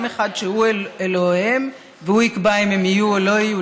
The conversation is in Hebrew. אחד שהוא אלוהיהם והוא יקבע אם הם יהיו או לא יהיו,